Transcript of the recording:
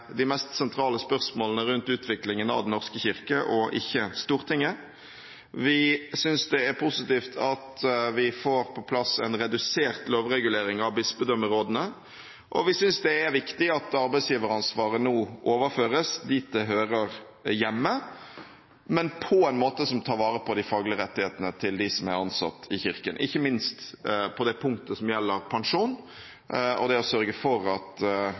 de mest sentrale spørsmålene rundt utviklingen av Den norske kirke, og ikke Stortinget. Vi synes det er positivt at vi får på plass en redusert lovregulering av bispedømmerådene, og vi synes det er viktig at arbeidsgiveransvaret nå overføres dit det hører hjemme, men på en måte som tar vare på de faglige rettighetene til de ansatte i Kirken – ikke minst på det punktet som gjelder pensjon – og sørger for at